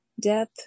death